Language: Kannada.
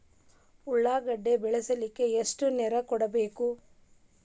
ಉಳ್ಳಾಗಡ್ಡಿ ಬೆಳಿಲಿಕ್ಕೆ ಎಷ್ಟು ನೇರ ಕೊಡಬೇಕು?